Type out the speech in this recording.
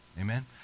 Amen